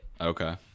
Okay